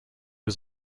was